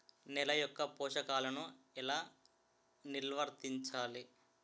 నెల యెక్క పోషకాలను ఎలా నిల్వర్తించాలి